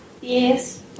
Yes